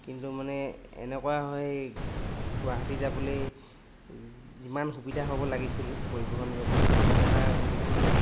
কিন্তু মানে এনেকুৱা হয় গুৱাহাটী যাবলৈ যিমান সুবিধা হ'ব লাগিছিল পৰিৱহণ ব্যৱস্থাটো সিমান এটা সুবিধা নহয়